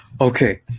Okay